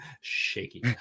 shaky